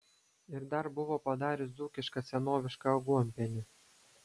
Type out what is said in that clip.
ir dar buvo padarius dzūkišką senovišką aguonpienį